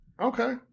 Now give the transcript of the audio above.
Okay